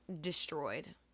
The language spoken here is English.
destroyed